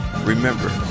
Remember